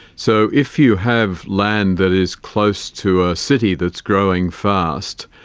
so if you have land that is close to a city that's growing fast,